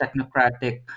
technocratic